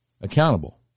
accountable